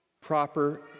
proper